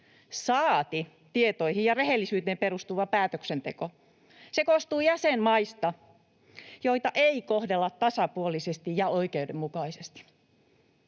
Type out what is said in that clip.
saati tietoihin ja rehellisyyteen perustuva päätöksenteko. Se koostuu jäsenmaista, joita ei kohdella tasapuolisesti ja oikeudenmukaisesti.